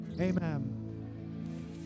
Amen